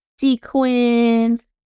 sequins